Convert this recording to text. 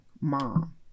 mom